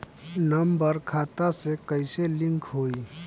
Number खाता से कईसे लिंक होई?